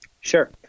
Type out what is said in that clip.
Sure